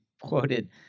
quoted